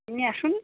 আপনি আসুন